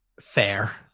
fair